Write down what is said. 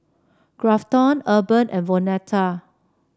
Grafton Urban and Vonetta